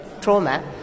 trauma